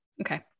okay